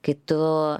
kai tu